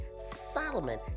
Solomon